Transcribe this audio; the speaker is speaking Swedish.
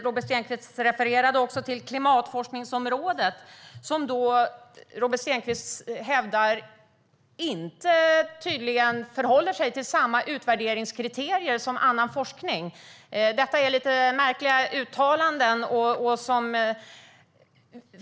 Robert Stenkvist refererade också till klimatforskningsområdet, som han hävdar tydligen inte förhåller sig till samma utvärderingskriterier som annan forskning. Detta är lite märkliga uttalanden.